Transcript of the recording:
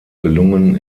gelungen